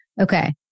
okay